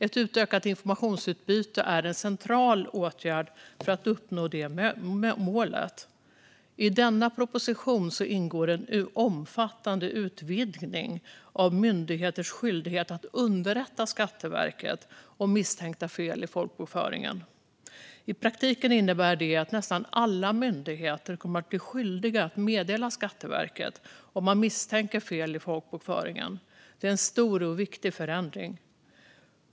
Ett utökat informationsutbyte är en central åtgärd för att uppnå det målet. I denna proposition ingår en omfattande utvidgning av myndigheters skyldighet att underrätta Skatteverket om misstänkta fel i folkbokföringen. I praktiken innebär det att nästan alla myndigheter kommer att bli skyldiga att meddela Skatteverket om de misstänker fel i folkbokföringen. Det är en stor och viktig förändring.